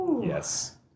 Yes